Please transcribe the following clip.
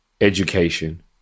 education